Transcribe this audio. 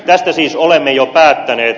tästä siis olemme jo päättäneet